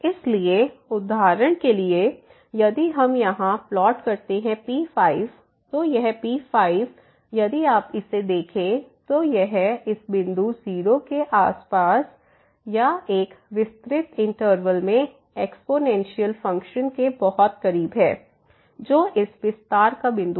इसलिए उदाहरण के लिए यदि हम यहां प्लॉट करते हैं P5 तो यह P5 यदि आप इसे देखें तो यह इस बिंदु 0 के आसपास या एक विस्तृत इंटरवल में एक्स्पोनेंशियल फंक्शन के बहुत करीब है जो इस विस्तार का बिंदु था